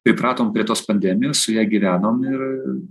pripratom prie tos pandemijos su ja gyvenom ir